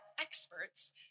experts